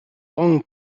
long